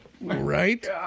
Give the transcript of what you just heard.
right